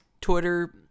Twitter